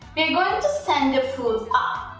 we're going to send the foot up,